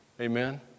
Amen